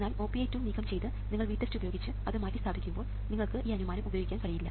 എന്നാൽ OPA2 നീക്കം ചെയ്ത് നിങ്ങൾ VTEST ഉപയോഗിച്ച് അത് മാറ്റിസ്ഥാപിക്കുമ്പോൾ നിങ്ങൾക്ക് ഈ അനുമാനം ഉപയോഗിക്കാൻ കഴിയില്ല